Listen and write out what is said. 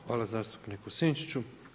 Hvala zastupniku Sinčiću.